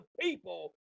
people